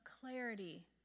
clarity